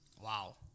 Wow